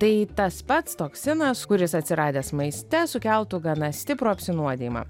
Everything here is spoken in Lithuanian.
tai tas pats toksinas kuris atsiradęs maiste sukeltų gana stiprų apsinuodijimą